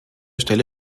stelle